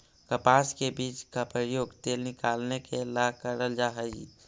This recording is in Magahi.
कपास के बीज का प्रयोग तेल निकालने के ला करल जा हई